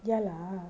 ya lah